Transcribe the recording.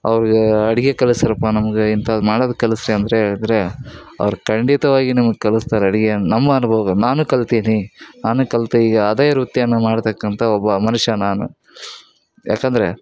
ಅವ್ರಿಗೆ ಅಡುಗೆ ಕಲಿಸ್ರಪ್ಪ ನಮ್ಗೆ ಇಂಥಾದ್ದು ಮಾಡೋದ್ ಕಲಿಸ್ರಿ ಅಂದರೆ ಹೇಳಿದ್ರೆ ಅವ್ರು ಖಂಡಿತವಾಗಿ ನಿಮ್ಗೆ ಕಲಸ್ತಾರೆ ಅಡಿಗೆಯನ್ನ ನಮ್ಮ ಅನುಭವ ನಾನು ಕಲ್ತೀನಿ ನಾನು ಕಲಿತೆ ಈಗ ಅದೇ ವೃತ್ತಿಯನ್ನ ಮಾಡತಕ್ಕಂಥ ಒಬ್ಬ ಮನುಷ್ಯ ನಾನು ಯಾಕಂದರೆ